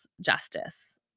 justice